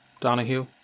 Donahue